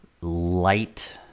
light